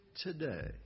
today